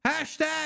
Hashtag